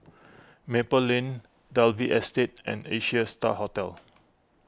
Maple Lane Dalvey Estate and Asia Star Hotel